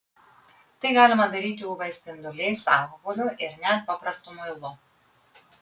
tai galima daryti uv spinduliais alkoholiu ir net paprastu muilu